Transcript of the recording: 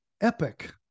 epic